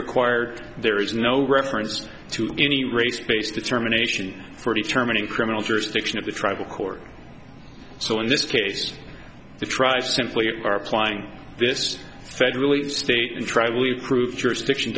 required there is no reference to any race based determination for determining criminal jurisdiction of the tribal court so in this case the tribes simply are applying this federally state and tribally prove jurisdiction